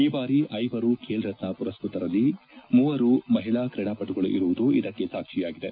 ಈ ಬಾರಿ ಐವರು ಬೇಲ್ ರತ್ನ ಪುರಸ್ಕೃತರಲ್ಲಿ ಮೂವರು ಮಹಿಳಾ ಕ್ರೀಡಾಪಟುಗಳು ಇರುವುದು ಇದಕ್ಕೆ ಸಾಕ್ಷಿಯಾಗಿದೆ